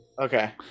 Okay